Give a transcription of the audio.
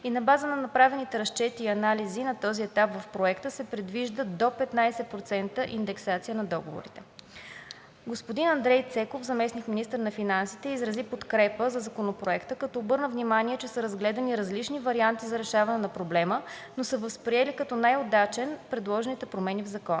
и на базата на направените разчети и анализи на този етап в проекта се предвижда до 15% индексация на договорите. Господин Андрей Цеков – заместник-министър на финансите, изрази подкрепа за Законопроекта, като обърна внимание, че са разглеждани различни варианти за решение на проблема, но са възприели като най-удачен предложените промени в Закона.